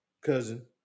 cousin